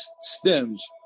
stems